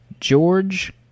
George